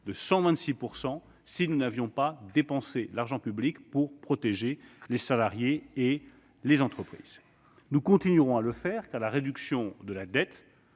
de 126 % si nous n'avions pas dépensé d'argent public pour protéger les salariés et les entreprises. Nous continuerons à le faire, car la réduction de la dette,